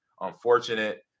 unfortunate